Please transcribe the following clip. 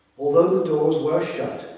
although the doors were shut,